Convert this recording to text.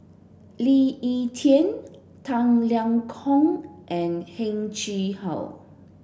Lee Ek Tieng Tang Liang Hong and Heng Chee How